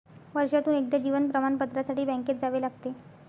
वर्षातून एकदा जीवन प्रमाणपत्रासाठी बँकेत जावे लागते